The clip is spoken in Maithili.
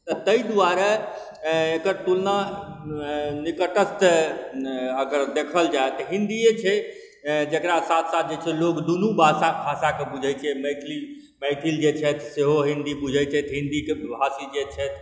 तऽ ताहि दुआरे एकर तुलना निकटस्थ अगर देखल जाइ तऽ हिन्दीए छै जकरा साथ साथ जे छै लोग दुनू भाषाके बुझै छै मैथिली मैथिल जे छथि सेहो हिन्दी बुझै छथि हिन्दीके भाषी जे छथि